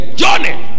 journey